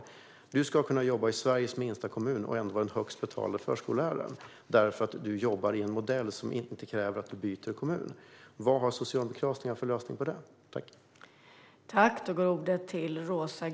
Man ska kunna jobba i Sveriges minsta kommun och ändå vara den högst betalda förskolläraren, för att man jobbar i en modell som inte kräver att man byter kommun. Vilken lösning har Socialdemokraterna för detta?